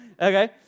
okay